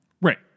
Right